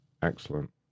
Excellent